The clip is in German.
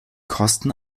kosten